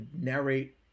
narrate